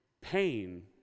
pain